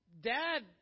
dad